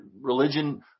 religion